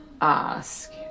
ask